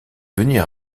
venir